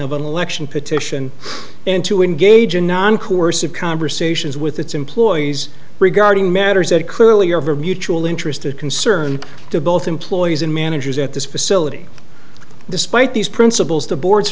of an election petition and to engage in non coercive conversations with its employees regarding matters that clearly are very mutual interest and concern to both employees and managers at this facility despite these principals the board